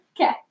Okay